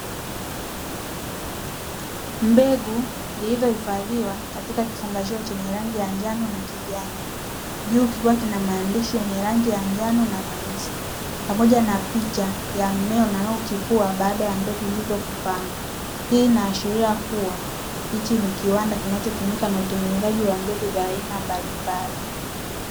Mbegu zilizohifadhiwa katika kifungashio chenye rangi ya njano na kijani. Juu kikiwa kina maandishi yenye njano na meusi pamoja na picha unavyochipua baada ya mbegu hizo kupandwa. Hii inaashiria kuwa hichi ni kiwanda kinachotumika na utengenezaji wa mbegu za aina mbalimbali.